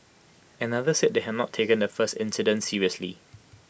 another said they had not taken the first incident seriously